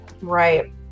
right